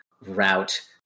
route